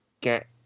get